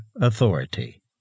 authority